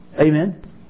Amen